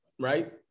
right